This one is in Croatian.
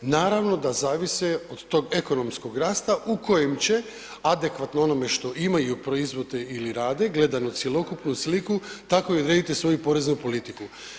Naravno da zavise od tog ekonomskog rasta u kojem će adekvatno onome što imaju, proizvode ili rade, gledano cjelokupnu sliku, tako odrediti svoju poreznu politiku.